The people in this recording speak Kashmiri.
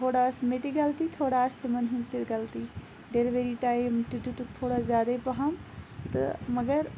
تھوڑا ٲسۍ مےٚ تہِ غَلطی تھوڑا آسہِ تِمَن ہٕنٛز تہِ غَلطی ڈیٚلِؤری ٹایم تہِ دیُتُکھ تھوڑا زیادے پَہَم تہٕ مَگَر